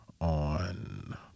on